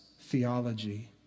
theology